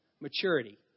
maturity